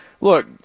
Look